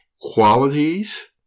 qualities